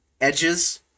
Edges